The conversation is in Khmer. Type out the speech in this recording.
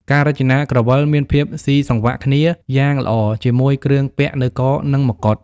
ការរចនាក្រវិលមានភាពស៊ីសង្វាក់គ្នាយ៉ាងល្អជាមួយគ្រឿងពាក់នៅក និងមកុដ។